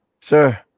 Sir